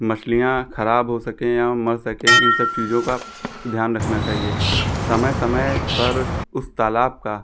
मछलियाँ खराब हो सकें या मर सकें इन सब चीज़ों का ध्यान रखना चाहिए समय समय पर उस तालाब का